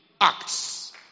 Acts